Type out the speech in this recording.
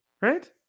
Right